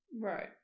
Right